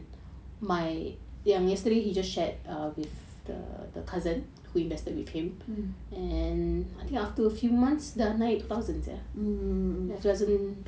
mm mm